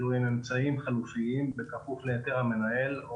אמצעים חלופיים בכפוף להיתר המנהל או